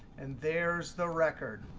and there's the record.